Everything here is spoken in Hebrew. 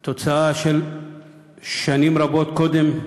הוא תוצאה של שנים רבות קודם,